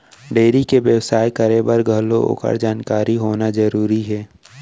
dairy के बेवसाय करे बर घलौ ओकर जानकारी होना जरूरी हे